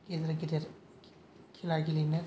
गेदेर गेदेर खेला गेलेनो